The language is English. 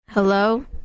Hello